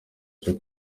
cyo